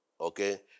Okay